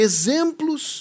Exemplos